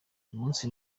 munsi